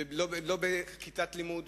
לא בכיתת לימוד